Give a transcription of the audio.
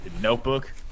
notebook